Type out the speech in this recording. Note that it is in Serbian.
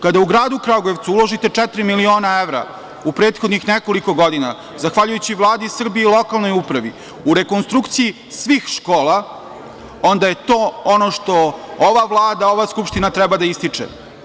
Kada u gradu Kragujevcu uložite četiri miliona evra u prethodnih nekoliko godina, zahvaljujući Vladi Srbije i lokalnoj upravi, u rekonstrukciju svih škola, onda je to ono što ova Vlada, ova Skupština treba da ističe.